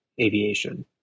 aviation